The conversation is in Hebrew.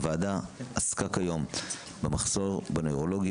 הוועדה עסקה כיום במחסור בנוירולוגים